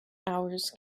hours